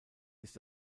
ist